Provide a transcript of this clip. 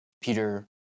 Peter